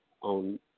on